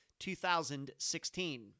2016